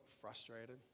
frustrated